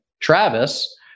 Travis